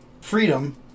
Freedom